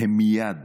הם מייד